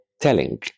telling